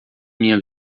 minha